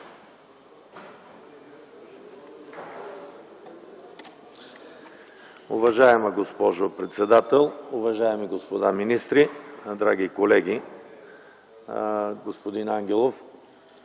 Уважаема госпожо председател, уважаеми господа министри, драги колеги! Господин Ангелов,